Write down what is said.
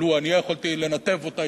שלו אני יכולתי לנתב אותה,